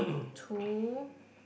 two